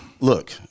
Look